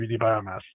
biomass